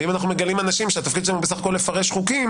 ואם אנחנו מגלים אנשים שהתפקיד שלהם הוא בסך הכול לפרש חוקים,